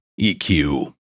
EQ